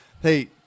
hey